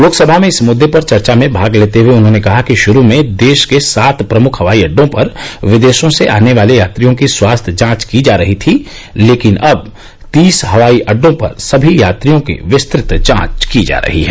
लोकसभा में इस मुद्दे पर चर्चा में भाग लेते हुए उन्होंने कहा कि शुरू में देश के सात प्रमुख हवाई अड्डों पर विदेशों से आने वाले यात्रियों की स्वास्थ्य जांच की जा रही थी लेकिन अब तीस हवाई अड्डों पर सभी यात्रियों की विस्तृत जांच की जा रही है